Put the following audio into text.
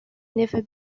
never